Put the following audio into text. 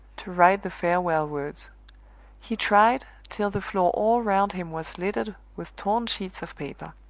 to write the farewell words he tried, till the floor all round him was littered with torn sheets of paper.